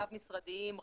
רב משרדיים,